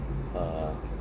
uh